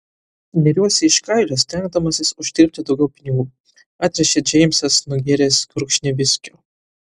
neriuosi iš kailio stengdamasis uždirbti daugiau pinigų atrėžė džeimsas nugėręs gurkšnį viskio